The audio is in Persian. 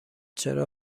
چرا